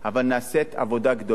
אבל נעשית עבודה גדולה.